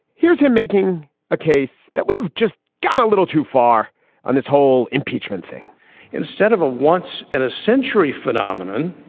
here's him making a case that we have just gone a little too far on this whole impeachment thing instead of a once in a century phenomenon,